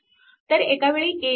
तर एकावेळी एक घ्या